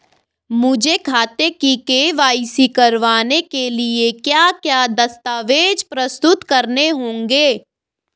मुझे खाते की के.वाई.सी करवाने के लिए क्या क्या दस्तावेज़ प्रस्तुत करने होंगे?